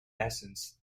essence